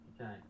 Okay